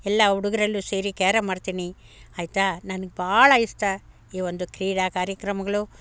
ಎಲ್ಲ ಹುಡುಗರಲ್ಲು ಸೇರಿ ಕ್ಯಾರಂ ಆಡ್ತೀನಿ ಆಯ್ತಾ ನನಗೆ ಭಾಳಾ ಇಷ್ಟ ಈವೊಂದು ಕ್ರೀಡಾ ಕಾರ್ಯಕ್ರಮಗಳು